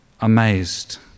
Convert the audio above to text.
amazed